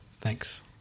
Thanks